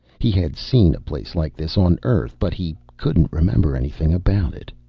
he had seen a place like this on earth, but he couldn't remember anything about it.